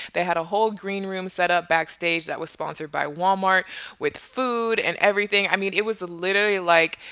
they had a whole green room set up backstage that was sponsored by walmart with food, and everything. i mean, it was literally like,